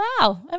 Wow